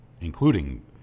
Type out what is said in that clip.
including